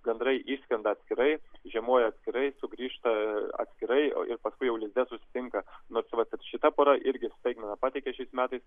gandrai išskrenda atskirai žiemoja atskirai sugrįžta atskirai o paskui jau lizde susitinka nors vat šita pora irgi staigmeną pateikė šiais metais